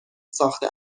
ساخته